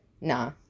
Nah